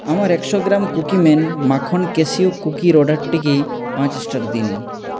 আমার একশো gram Cookieman মাখন ক্যাশিউ কুকির অর্ডারটিকে পাঁচ স্টার দিন